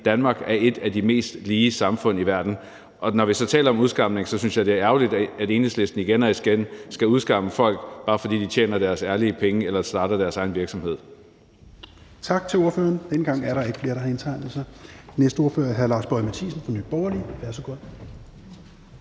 Danmark et af de mest lige samfund i verden. Når vi så taler om udskamning, synes jeg, det er ærgerligt, at Enhedslisten igen og igen skal udskamme folk, bare fordi de tjener deres ærlige penge eller starter deres egen virksomhed.